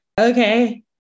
okay